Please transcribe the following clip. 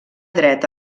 dret